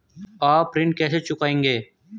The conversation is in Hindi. आप ऋण कैसे चुकाएंगे?